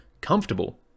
comfortable